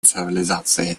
цивилизации